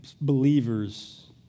believers